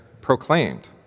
proclaimed